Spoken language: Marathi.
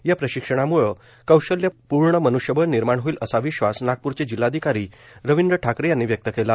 या प्रशिक्षणाम्ळं कौशल्यपूर्ण मन्ष्यबळ निर्माण होईल असा विश्वास नागप्रचे जिल्हाधिकारी रवींद्र ठाकरे यांनी व्यक्त केला